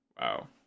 Wow